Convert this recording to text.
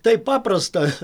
taip paprasta